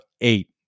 eight